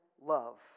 love